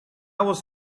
was